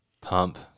pump